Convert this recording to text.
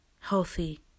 healthy